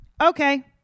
okay